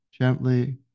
gently